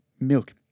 milk